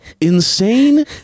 insane